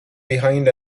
behind